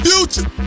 Future